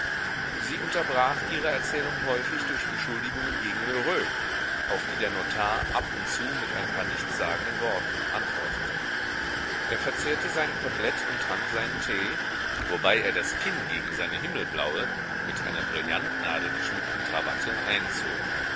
sie unterbrach ihre erzählung häufig durch beschuldigungen gegen lheureux auf die der notar ab und zu mit ein paar nichtssagenden worten antwortete er verzehrte sein kotelett und trank seinen tee wobei er das kinn gegen seine himmelblaue mit einer brillantnadel geschmückte krawatte einzog